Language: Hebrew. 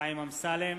חיים אמסלם,